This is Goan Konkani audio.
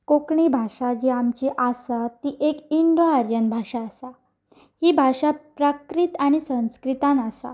कोंकणी भाशा जी आमची आसा ती एक इंडो आर्यन भाशा आसा ही भाशा प्राकृत आनी संस्कृतान आसा